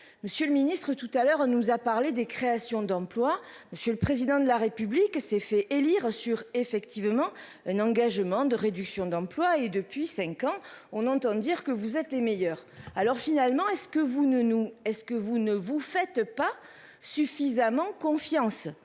Monsieur le Ministre tout à l'heure nous a parlé des créations d'emplois. Monsieur le président de la République s'est fait élire sur effectivement un engagement de réduction d'emplois et depuis 5 ans. On entend dire que vous êtes les meilleurs. Alors finalement, est-ce que vous ne nous est-ce que vous ne vous faites pas suffisamment confiance.